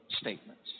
statements